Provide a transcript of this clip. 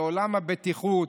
לעולם הבטיחות,